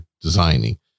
designing